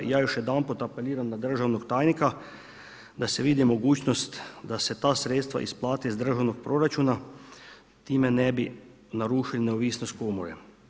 I ja još jedanput apeliram na državnog tajnika da se vidi mogućnost da se ta sredstva isplate iz državnog proračuna time ne bi narušio neovisnost komore.